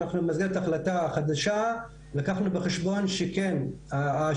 אז במסגרת החלטה חדשה לקחנו בחשבון שהשירותים,